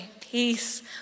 peace